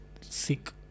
sick